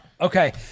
Okay